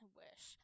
wish